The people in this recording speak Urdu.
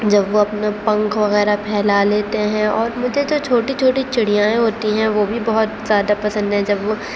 جب وہ اپنا پنکھ وغیرہ پھیلا لیتے ہیں اور مجھے جو چھوٹی چھوٹی چڑیائیں ہوتی ہیں وہ بھی بہت زیادہ پسند ہیں جب وہ